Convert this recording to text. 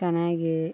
ಚೆನ್ನಾಗಿ